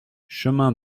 chemin